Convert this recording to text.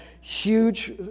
huge